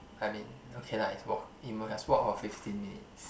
I mean okay lah it's walk it must has walk for fifteen minutes